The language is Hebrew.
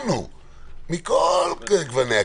מכל גווני הקשת,